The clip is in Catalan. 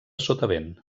sotavent